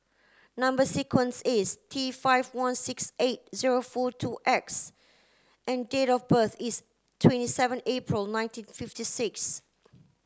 number sequence is T five one six eight zero four two X and date of birth is twenty seven April nineteen fifty six